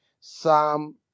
Psalm